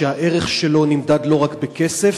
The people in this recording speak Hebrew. שהערך שלו נמדד לא רק בכסף,